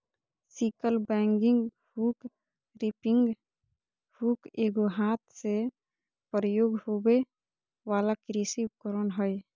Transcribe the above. sickle bagging hook, reaping hook एगो हाथ से प्रयोग होबे वला कृषि उपकरण हइ